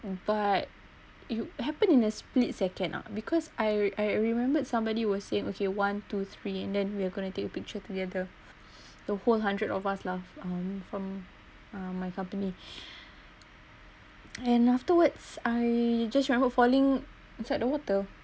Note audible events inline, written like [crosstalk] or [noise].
but you happened in a split second ah because I I remembered somebody were saying okay one two three and then we are going to take a picture together [breath] the whole hundred of us laugh um from uh my company [breath] and [noise] afterwards I just remembered falling inside the water